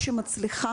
נציג הרבנות,